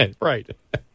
Right